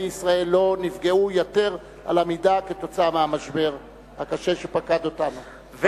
ישראל לא נפגעו יתר על המידה מהמשבר הקשה שפקד אותנו,